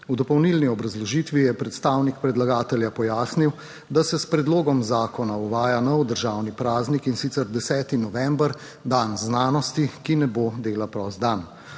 V dopolnilni obrazložitvi je predstavnik predlagatelja pojasnil, da se s predlogom zakona uvaja nov državni praznik, in sicer 10. november, dan znanosti, ki ne bo dela prost dan.